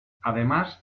además